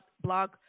blog